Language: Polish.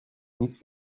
nic